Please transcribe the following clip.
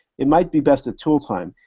it might be best at tool time.